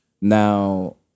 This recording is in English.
Now